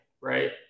right